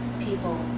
people